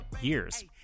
years